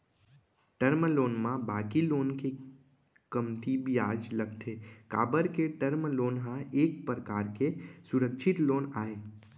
term loan म बाकी loan ले कमती बियाज लगथे काबर के टर्म लोन ह एक परकार के सुरक्छित लोन आय